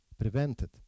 prevented